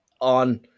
on